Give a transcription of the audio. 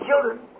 children